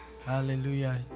hallelujah